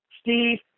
Steve